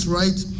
right